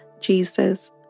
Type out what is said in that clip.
Jesus